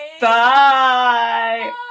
Bye